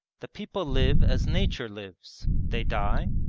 the people live as nature lives they die,